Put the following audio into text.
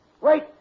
Wait